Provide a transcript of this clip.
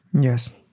yes